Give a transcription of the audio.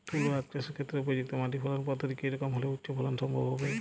তুলো আঁখ চাষের ক্ষেত্রে উপযুক্ত মাটি ফলন পদ্ধতি কী রকম হলে উচ্চ ফলন সম্ভব হবে?